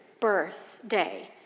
birthday